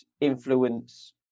influence